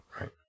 right